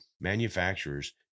manufacturers